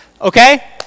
okay